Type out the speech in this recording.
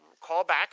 callback